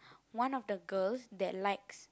one of the girls that likes